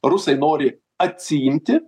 rusai nori atsiimti